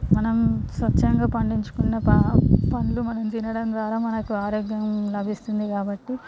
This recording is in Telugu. మనం స్వచ్చంగా పండించుకున్న ప పండ్లు మనం తినడం ద్వారా మనకు ఆరోగ్యం లభిస్తుంది కాబట్టి